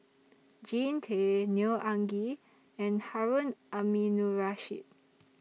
Jean Tay Neo Anngee and Harun Aminurrashid